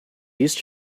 used